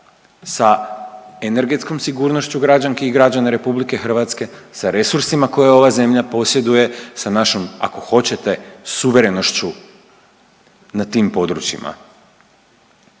sa energetskom sigurnošću građanki i građana RH, sa resursima koje ova zemlja posjeduje, sa našom ako hoćete suverenošću na tim područjima.